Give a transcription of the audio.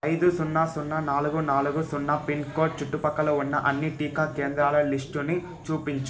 ఐదు సున్నా సున్నా నాలుగు నాలుగు సున్నా పిన్ కోడ్ చుట్టుపక్కల ఉన్న అన్ని టీకా కేంద్రాల లిస్టుని చూపించు